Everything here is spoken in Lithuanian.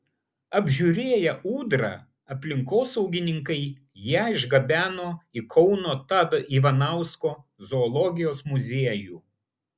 apžiūrėję ūdrą aplinkosaugininkai ją išgabeno į kauno tado ivanausko zoologijos muziejų